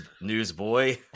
newsboy